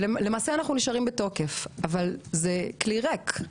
מדובר בכלי ריק,